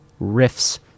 riffs